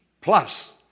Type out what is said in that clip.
Plus